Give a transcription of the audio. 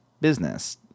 business